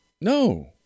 No